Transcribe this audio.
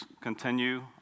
Continue